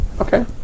Okay